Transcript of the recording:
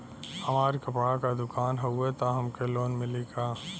हमार कपड़ा क दुकान हउवे त हमके लोन मिली का?